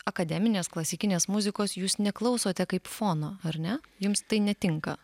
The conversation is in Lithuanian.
akademinės klasikinės muzikos jūs neklausote kaip fono ar ne jums tai netinka